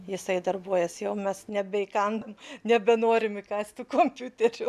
jisai darbuojasi jau mes nebeįkandam nebenorim įkąsti kompiuterio